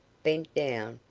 bent down,